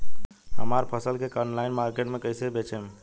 हमार फसल के ऑनलाइन मार्केट मे कैसे बेचम?